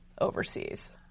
overseas